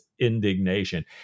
indignation